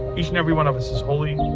each and every one of us is holy,